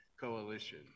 Coalition